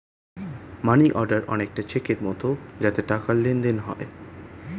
মানি order অনেকটা চেকের মতো যাতে টাকার লেনদেন হয়